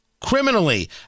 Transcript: criminally